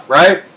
right